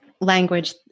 language